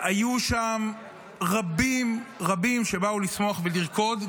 היו שם רבים רבים שבאו לשמוח ולרקוד.